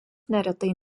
neretai